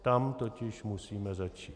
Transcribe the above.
Tam totiž musíme začít.